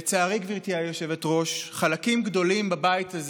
לצערי, גברתי היושבת-ראש, חלקים גדולים בבית הזה,